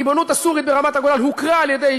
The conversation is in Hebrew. הריבונות הסורית ברמת-הגולן הוכרה על-ידי